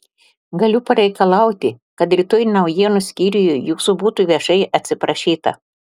galiu pareikalauti kad rytoj naujienų skyriuje jūsų būtų viešai atsiprašyta